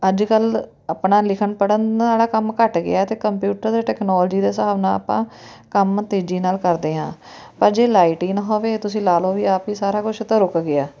ਅੱਜ ਕੱਲ੍ਹ ਆਪਣਾ ਲਿਖਣ ਪੜ੍ਹਨ ਵਾਲਾ ਕੰਮ ਘੱਟ ਗਿਆ ਅਤੇ ਕੰਪਿਊਟਰ ਅਤੇ ਟੈਕਨੋਲਜੀ ਦੇ ਹਿਸਾਬ ਨਾਲ ਆਪਾਂ ਕੰਮ ਤੇਜ਼ੀ ਨਾਲ ਕਰਦੇ ਹਾਂ ਪਰ ਜੇ ਲਾਈਟ ਹੀ ਨਾ ਹੋਵੇ ਤੁਸੀਂ ਲਾ ਲਉ ਵੀ ਆਪ ਹੀ ਸਾਰਾ ਕੁਛ ਤਾਂ ਰੁਕ ਗਿਆ